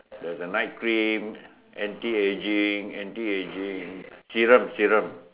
there's a night cream anti ageing anti ageing serum serum